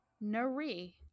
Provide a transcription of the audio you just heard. nari